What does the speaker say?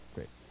Great